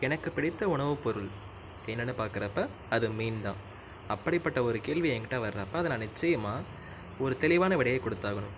எனக்கு பிடித்த உணவு பொருள் என்னன்னு பார்க்குறப்ப அது மீன் தான் அப்படிப்பட்ட ஒரு கேள்வி எங்கிட்ட வர்றப்ப அதை நான் நிச்சயமாக ஒரு தெளிவான விடையை கொடுத்தாகணும்